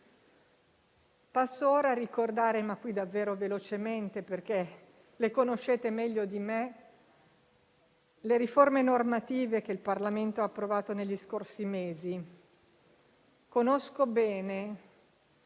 Passo ora a ricordare - davvero velocemente, perché le conoscete meglio di me - le riforme normative che il Parlamento ha approvato negli scorsi mesi. So bene